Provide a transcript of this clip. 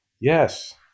Yes